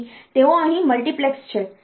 તેથી તેઓ અહીં મલ્ટિપ્લેક્સ્ડ છે